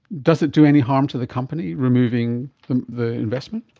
does it do any harm to the company, removing the the investment?